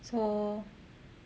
so